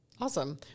Awesome